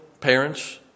Parents